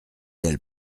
elle